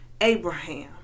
Abraham